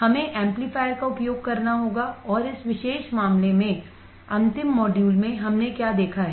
हमें एम्पलीफायर का उपयोग करना होगा और इस विशेष मामले में अंतिम मॉड्यूल हमने क्या देखा है